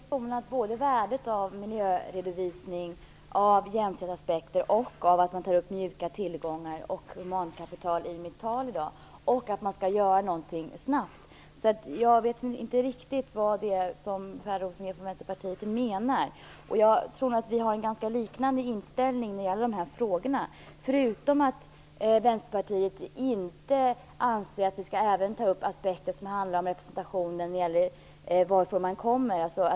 Herr talman! Jag betonade i mitt tal i dag värdet av miljöredovisning, jämställdhetsaspekter och av att man tar upp mjuka tillgångar och humankapital - och att man skall göra någonting snabbt. Jag vet inte riktigt vad Per Rosengren från Vänsterpartiet menar. Jag tror att vi har ganska lika inställning i de här frågorna, förutom att Vänsterpartiet inte anser att vi även skall ta upp aspekter som gäller representationen och var man kommer ifrån.